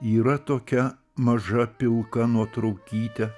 yra tokia maža pilka nuotraukyte